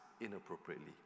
inappropriately